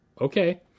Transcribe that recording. okay